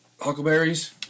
huckleberries